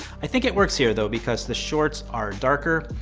i think it works here though because the shorts are darker.